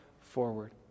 forward